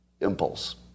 impulse